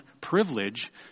privilege